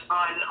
on